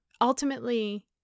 ultimately